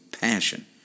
passion